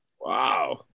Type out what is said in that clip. Wow